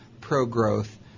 pro-growth